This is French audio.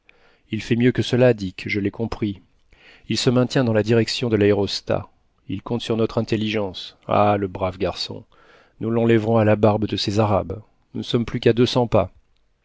il fait mieux que cela dick je l'ai compris il se maintient dans la direction de l'aérostat il compte sur notre intelligence ah le brave garçon nous l'enlèverons à la barbe de ces arabes nous ne sommes plus qu'à deux cents pas